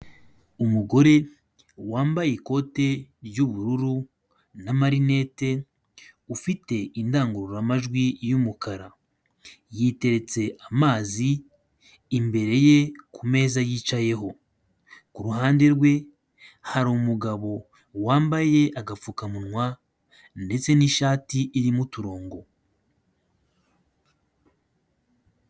Umugore wambaye ikote ry'ubururu na marinete, ufite indangururamajwi y'umukara yiteretse amazi imbere ye ku meza yicayeho, ku ruhande rwe hari umugabo wambaye agapfukamunwa ndetse n'ishati irimo uturongo.